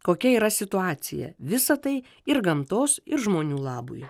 kokia yra situacija visa tai ir gamtos ir žmonių labui